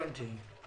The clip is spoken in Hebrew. לא הבנתי.